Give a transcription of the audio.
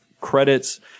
credits